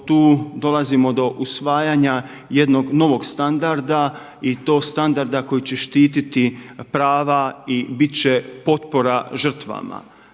tu dolazimo do usvajanja jednog novog standarda i to standarda koji će štiti prava i biti će potpora žrtvama.